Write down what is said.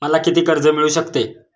मला किती कर्ज मिळू शकते?